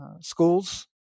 schools